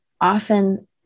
often